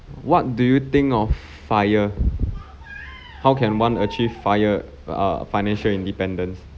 what do you think of FIRE how can one achieve FIRE err financial independence